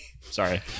Sorry